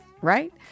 right